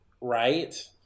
Right